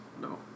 No